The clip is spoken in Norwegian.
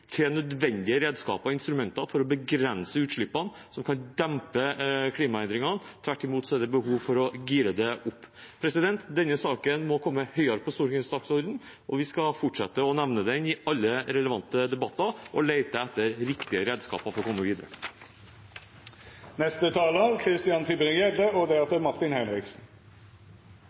til nødvendige redskaper og instrumenter for å begrense utslippene, som kan dempe klimaendringene. Tvert imot er det behov for å gire opp. Denne saken må komme høyere på Stortingets dagsorden, og vi skal fortsette å nevne den i alle relevante debatter og lete etter riktige redskaper for å komme videre.